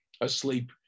asleep